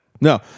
no